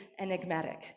enigmatic